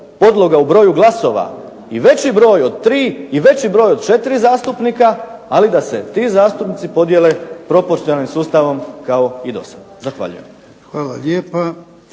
podloga u broju glasova i veći broj od tri i veći broj od četiri zastupnika, ali da se ti zastupnici podijele proporcionalnim sustavom kao i dosad. Zahvaljujem. **Jarnjak,